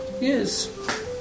Yes